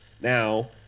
Now